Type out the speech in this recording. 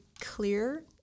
clear